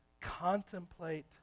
contemplate